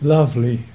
Lovely